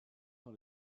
dans